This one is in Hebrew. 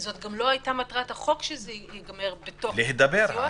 זו גם לא הייתה מטרת החוק שזה ייגמר בתוך יחידות הסיוע,